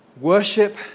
Worship